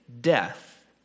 death